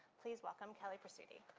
please welcome kelly presutti.